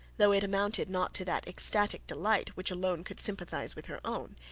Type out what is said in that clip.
though it amounted not to that ecstatic delight which alone could sympathize with her own,